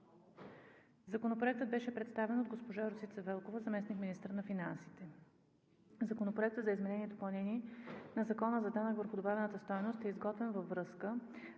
Законопроектът беше представен от госпожа Росица Велкова – заместник-министър на финансите. Законопроектът за изменение и допълнение на Закона за данък върху добавената стойност е изготвен във връзка